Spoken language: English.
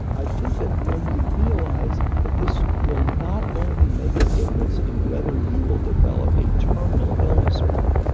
i think that when you realize that this will not only make a difference in whether you will develop a terminal illness or not,